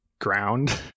ground